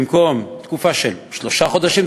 ובמקום תקופה של שלושה חודשים,